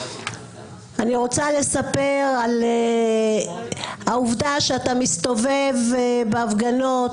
אני רוצה לספר על העובדה שאתה מסתובב בהפגנות,